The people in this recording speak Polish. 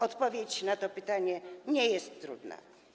Odpowiedź na to pytanie nie jest trudna.